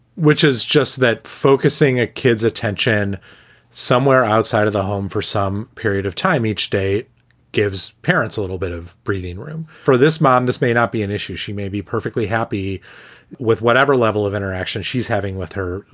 which is just that focusing a kid's attention somewhere outside of the home for some period of time each day gives parents a little bit of breathing room for this mom. this may not be an issue. she may be perfectly happy with whatever level of interaction she's having with her.